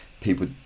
people